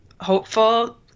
hopeful